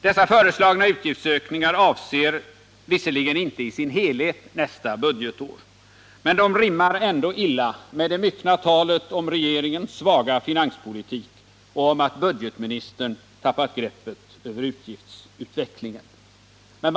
Dessa föreslagna utgiftsökningar avser inte i sin helhet nästa budgetår, men de rimmar ändock illa med det myckna talet om regeringens svaga finanspolitik och om att budgetministern tappat greppet över utgiftsutvecklingen.